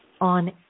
on